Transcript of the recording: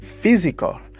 physical